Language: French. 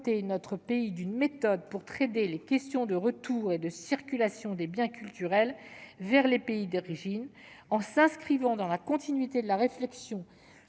notre pays d'une méthode pour traiter les questions de retour et de circulation des biens culturels vers les pays d'origine. Elle s'inscrit en cela dans la continuité des réflexions